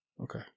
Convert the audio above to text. Okay